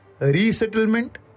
resettlement